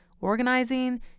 organizing